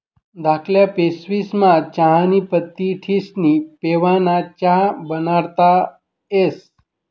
धाकल्ल्या पिशवीस्मा चहानी पत्ती ठिस्नी पेवाना च्या बनाडता येस